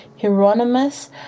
Hieronymus